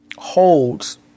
holds